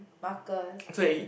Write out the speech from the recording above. marker thing